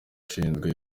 ushinzwe